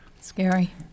Scary